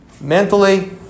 mentally